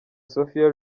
sofia